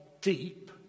deep